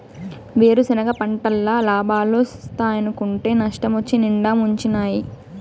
వేరుసెనగ పంటల్ల లాబాలోస్తాయనుకుంటే నష్టమొచ్చి నిండా ముంచినాయి